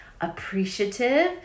appreciative